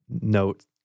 note